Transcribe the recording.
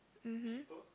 mmhmm